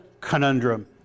conundrum